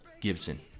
Gibson